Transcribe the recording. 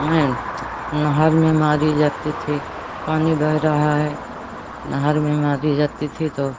और नहर में मारी जाती थी पानी बह रहा है नहर में मारी जाती थी तो